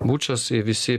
bučas visi